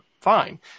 fine